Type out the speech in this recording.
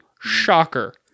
Shocker